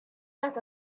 just